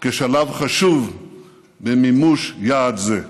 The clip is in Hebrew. כשלב חשוב למימוש יעד זה.